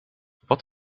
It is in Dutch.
wat